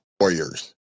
Warriors